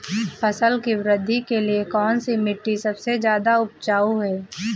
फसल की वृद्धि के लिए कौनसी मिट्टी सबसे ज्यादा उपजाऊ है?